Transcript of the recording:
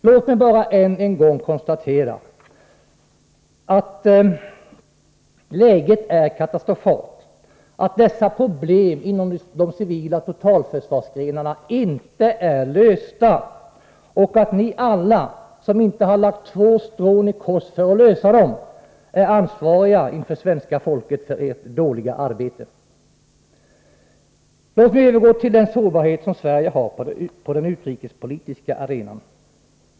Låt mig bara än en gång konstatera att läget är katastrofalt, att dessa problem inom de civila totalförsvarsgrenarna inte är lösta och att ni alla som inte lagt två strån i kors för att lösa dem är ansvariga inför svenska folket för ert dåliga arbete. Låt mig övergå till den sårbarhet som Sverige har på den utrikespolitiska arenan.